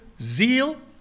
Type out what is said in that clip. zeal